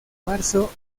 marzo